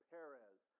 Perez